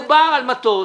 מדובר על מטוס